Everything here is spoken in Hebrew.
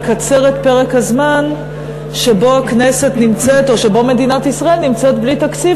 לקצר את פרק הזמן שבו הכנסת נמצאת או שבו מדינת ישראל נמצאת בלי תקציב,